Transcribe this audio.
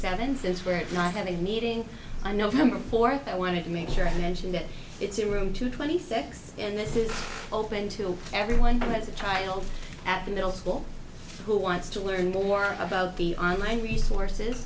seven since we're not having a meeting on november fourth i want to make sure i mention it it's a room to twenty six and this is open to everyone who has a child at the middle school who wants to learn more about the online resources